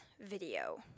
video